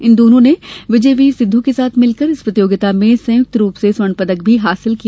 इन दोनो विजय वीर सिद्धू के साथ मिलकर इस प्रतियोगिता में संयुक्त रूप से स्वर्ध पदक भी हासिल किया